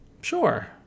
Sure